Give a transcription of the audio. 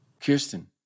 Kirsten